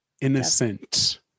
innocent